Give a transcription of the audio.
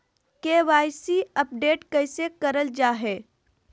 KYC update कैसे करल जाहै?